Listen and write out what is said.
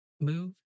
move